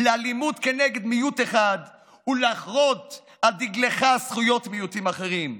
לאלימות כנגד מיעוט אחד ולחרות על דגלך זכויות מיעוטים אחרים.